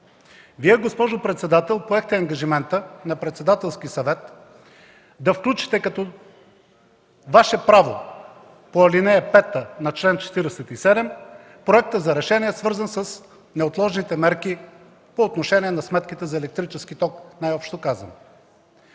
Вие, госпожо председател, поехте ангажимента на Председателски съвет да включите, като Ваше право по ал. 5 на чл. 47 проекта за решение, свързан с неотложните мерки за сметките на електрически ток, най-общо казано.